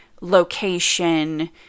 location